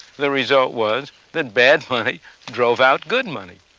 the result was that bad money drove out good money.